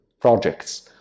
projects